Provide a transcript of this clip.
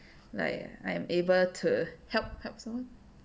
like I am able to help help someone